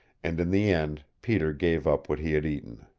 and in the end peter gave up what he had eaten.